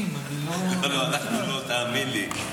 לא, תאמין לי.